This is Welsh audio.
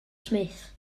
smith